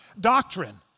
doctrine